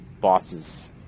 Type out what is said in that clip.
bosses